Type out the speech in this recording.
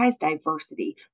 diversity